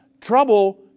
Trouble